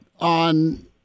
on